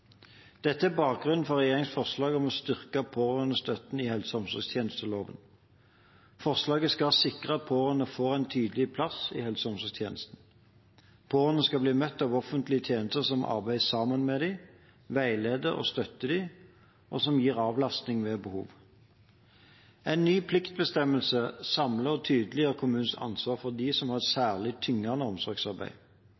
Dette er bakgrunnen for regjeringens forslag om styrke pårørendestøtten i helse- og omsorgstjenesteloven. Forslaget skal sikre at pårørende får en tydeligere plass i helse- og omsorgstjenesten. Pårørende skal bli møtt av offentlige tjenester som arbeider sammen med dem, veileder og støtter dem, og som gir avlastning ved behov. En ny pliktbestemmelse samler og tydeliggjør kommunens ansvar for dem som har